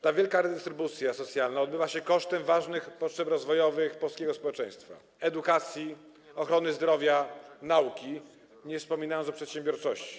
Ta wielka redystrybucja socjalna odbywa się kosztem ważnych potrzeb rozwojowych polskiego społeczeństwa: edukacji, ochrony zdrowia, nauki, nie wspominając o przedsiębiorczości.